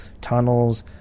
tunnels